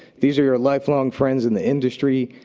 these are your lifelong friends in the industry.